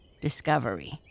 discovery